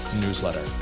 newsletter